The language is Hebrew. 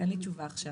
אין לי תשובה עכשיו